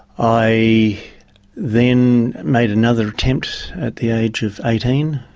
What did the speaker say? i then made another attempt at the age of eighteen.